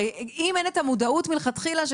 הרי אם אין את המודעות מלכתחילה,